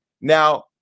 Now